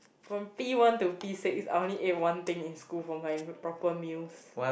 from P one to P six I only ate one thing in school for my proper meals